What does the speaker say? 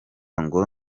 ngo